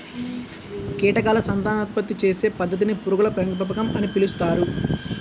కీటకాల సంతానోత్పత్తి చేసే పద్ధతిని పురుగుల పెంపకం అని పిలుస్తారు